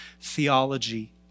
theology